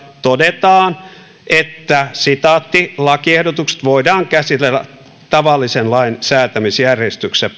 todetaan että lakiehdotukset voidaan käsitellä tavallisen lain säätämisjärjestyksessä